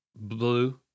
blue